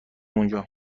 اونجا